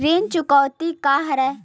ऋण चुकौती का हरय?